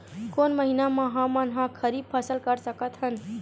कोन महिना म हमन ह खरीफ फसल कर सकत हन?